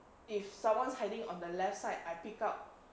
if someone is hiding on the left side I pick up